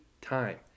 time